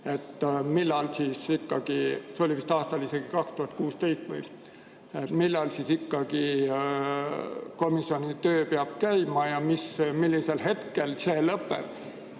millal komisjoni töö peab käima ja millisel hetkel see lõpeb.